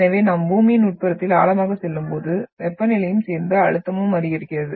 எனவே நாம் பூமியின் உட்புறத்தில் ஆழமாகச் செல்லும்போது வெப்பநிலையும் சேர்ந்து அழுத்தமும் அதிகரிக்கிறது